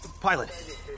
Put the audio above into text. Pilot